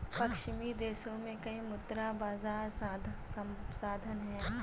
पश्चिमी देशों में कई मुद्रा बाजार साधन हैं